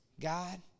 God